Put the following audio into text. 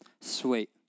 Sweet